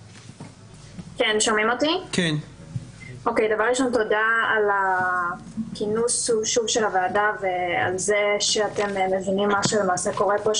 תודה על כינוס הוועדה ועל זה שאתם מבינים מה למעשה קורה פה.